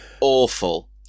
Awful